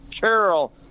Carol